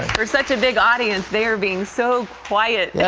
for such a big audience, they're being so quiet. yeah